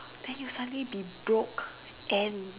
then you suddenly be broke and